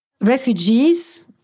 refugees